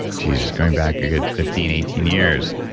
jesus, going back a good fifteen, eighteen years.